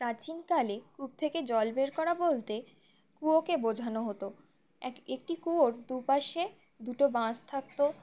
প্রাচীনকালে কূপ থেকে জল বের করা বলতে কুয়োকে বোঝানো হতো এক একটি কুয়োর দুপাশে দুটো বাঁশ থাকতো